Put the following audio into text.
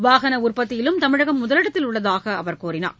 வாகன உற்பத்தியிலும் தமிழகம் முதலிடத்தில் உள்ளதாக அவர் கூறினார்